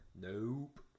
nope